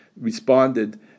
responded